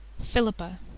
Philippa